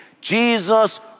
Jesus